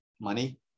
money